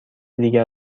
دیگر